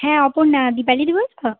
হ্যাঁ অপর্ণা দিপালীদি বলছো